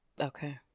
Okay